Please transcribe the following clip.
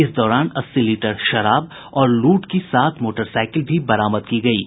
इस दौरान अस्सी लीटर शराब और लूट की सात मोटरसाइकिल भी बरामद की गयी है